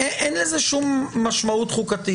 אין לזה שום משמעות חוקתית.